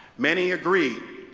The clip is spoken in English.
many agreed,